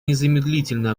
незамедлительно